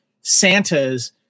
Santas